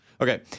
Okay